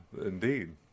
indeed